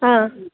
ஆ